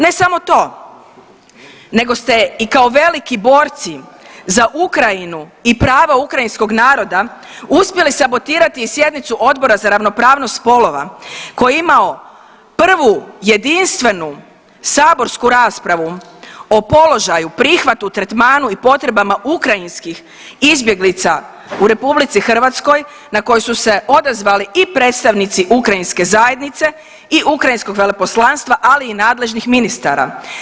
Ne samo to nego ste i kao veliki borci za Ukrajinu i prava ukrajinskog naroda uspjeli sabotirati i sjednicu Odbora za ravnopravnost spolova koji je imao prvu jedinstvenu saborsku raspravu o položaju, prihvatu, tretmanu i potrebama ukrajinskih izbjeglica u RH na koju su se odazvali i predstavnici ukrajinske zajednica i Ukrajinskog veleposlanstva, ali i nadležnih ministara.